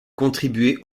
contribuer